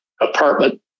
apartment